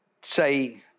say